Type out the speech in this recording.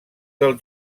del